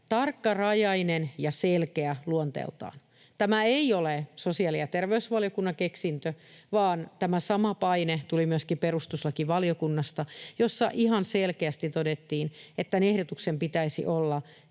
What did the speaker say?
tarkkarajainen ja selkeä luonteeltaan. Tämä ei ole sosiaali‑ ja terveysvaliokunnan keksintö, vaan tämä sama paine tuli myöskin perustuslakivaliokunnasta, jossa ihan selkeästi todettiin, että tämän ehdotuksen pitäisi olla